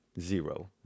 zero